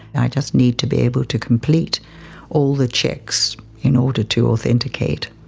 i just need to be able to complete all the checks in order to authenticate.